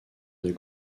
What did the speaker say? des